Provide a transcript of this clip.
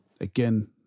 again